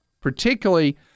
particularly